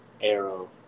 Arrow